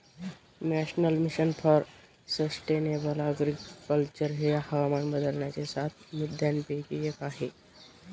national mission for sustainable agriculture हे हवामान बदलाच्या सात मुद्यांपैकी एक आहे